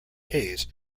hays